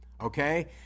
Okay